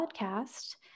podcast